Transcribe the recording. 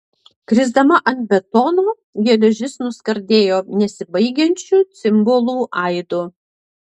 krisdama ant betono geležis nuskardėjo nesibaigiančiu cimbolų aidu